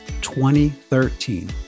2013